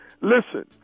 Listen